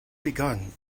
begun